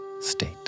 state